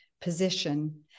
Position